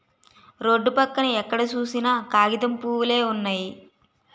road పక్కన ఎక్కడ సూసినా కాగితం పూవులే వున్నయి